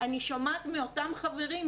אני שומעת מאותם חברים,